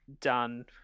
done